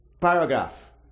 paragraph